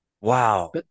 Wow